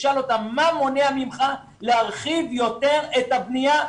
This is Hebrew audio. תשאל אותם מה מונע ממך להרחיב יותר את הבניה.